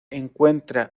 encuentra